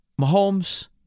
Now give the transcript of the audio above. Mahomes